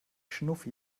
schnuffi